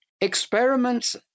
experiments